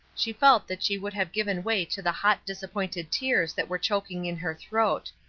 she felt that she would have given way to the hot disappointed tears that were choking in her throat.